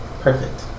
Perfect